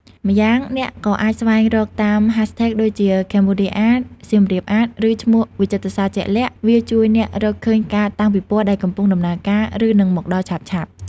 ម្យ៉ាងអ្នកក៏អាចស្វែងរកតាម ហាសថេក ដូចជាខេមបូឌៀអាត សៀមរាបអាត ឬឈ្មោះវិចិត្រសាលជាក់លាក់ វាជួយអ្នករកឃើញការតាំងពិពណ៌ដែលកំពុងដំណើរការ ឬនឹងមកដល់ឆាប់ៗ។